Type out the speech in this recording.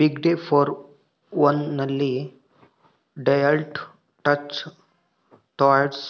ಬಿಗ್ಡೆ four one ನಲ್ಲಿ Deloitte Touche Tohmatsu